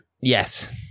Yes